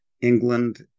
England